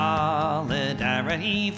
Solidarity